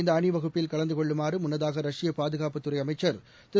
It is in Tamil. இந்த அணிவகுப்பில் கலந்து கொள்ளுமாறு முன்னதாக ரஷ்ய பாதுகாப்புத் துறை அமைச்சர் திரு